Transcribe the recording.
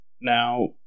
Now